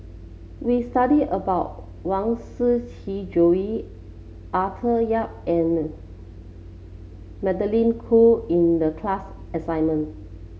we studied about Huang Shiqi Joan Arthur Yap and Magdalene Khoo in the class assignment